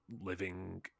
living